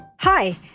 Hi